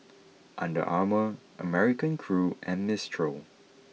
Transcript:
Under Armour American Crew and Mistral